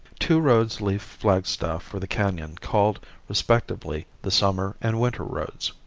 two roads leave flagstaff for the canon called respectively the summer and winter roads.